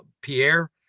Pierre